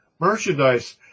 merchandise